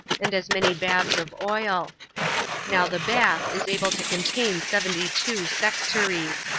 and as many baths of oil now the bath is able to contain seventy-two sextaries.